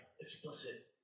explicit